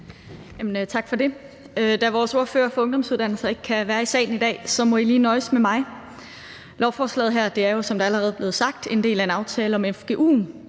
Tak for det. Da vores ordfører for ungdomsuddannelser ikke kan være i salen i dag, må I lige nøjes med mig. Forslaget her er jo, som det allerede er blevet sagt, en del af en aftale om fgu'en,